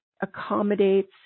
accommodates